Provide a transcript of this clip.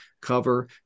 cover